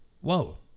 Whoa